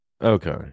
Okay